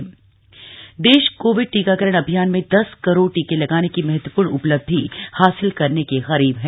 record टीकाकरण देश Covid टीकाकरण अभियान में दस करोड टीके लगाने की महत्वपूर्ण उपलब्धि हासिल करने के करीब है